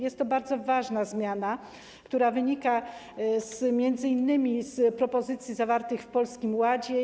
Jest to bardzo ważna zmiana, która wynika m.in. z propozycji zawartych w Polskim Ładzie.